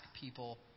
people